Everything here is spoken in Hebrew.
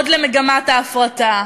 עוד למגמת ההפרטה.